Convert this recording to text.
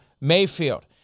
Mayfield